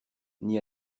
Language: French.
n’y